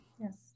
Yes